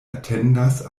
atendas